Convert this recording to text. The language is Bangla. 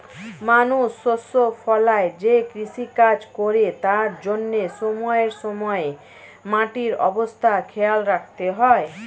মানুষ শস্য ফলায় যে কৃষিকাজ করে তার জন্যে সময়ে সময়ে মাটির অবস্থা খেয়াল রাখতে হয়